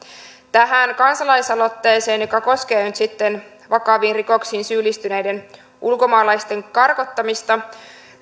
tähän kansalaisaloitteeseen joka koskee nyt sitten vakaviin rikoksiin syyllistyneiden ulkomaalaisten karkottamista